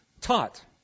taught